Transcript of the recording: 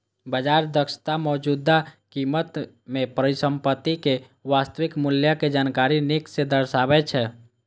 बाजार दक्षता मौजूदा कीमत मे परिसंपत्ति के वास्तविक मूल्यक जानकारी नीक सं दर्शाबै छै